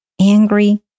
angry